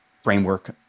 framework